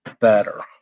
better